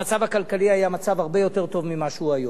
המצב הכלכלי היה הרבה יותר טוב מכפי שהוא היום,